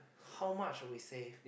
how much we save